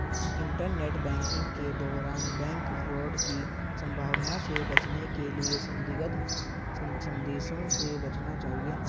internet banking के दौरान bank fraud की संभावना से बचने के लिए संदिग्ध संदेशों से बचना चाहिए